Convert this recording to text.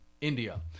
India